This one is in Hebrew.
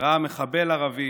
וראה מחבל ערבי